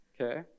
Okay